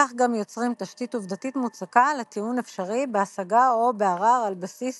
כך גם יוצרים תשתית עובדתית מוצקה לטיעון אפשרי בהשגה או בערר על בסיס